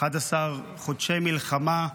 11 חודשי מלחמה,